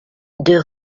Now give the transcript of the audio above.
deux